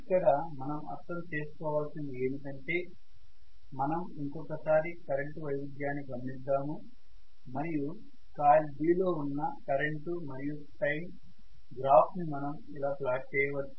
ఇక్కడ మనం అర్థం చేసుకోవాల్సింది ఏమంటే మనం ఇంకొక్కసారి కరెంటు వైవిధ్యాన్ని గమనిద్దాము మరియు కాయిల్ B లో ఉన్న కరెంటు మరియు టైం గ్రాఫ్ ని మనం ఇలా ప్లాట్ చేయవచ్చు